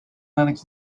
linux